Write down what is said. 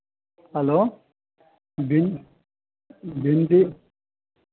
hello भिन भिंडी